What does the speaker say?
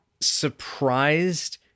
surprised